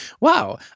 wow